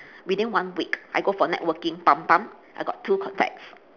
within one week I go for networking bump bump I got two contacts